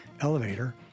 elevator